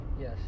Yes